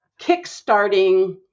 kickstarting